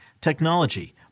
technology